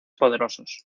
poderosos